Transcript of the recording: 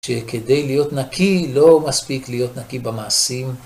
שכדי להיות נקי לא מספיק להיות נקי במעשים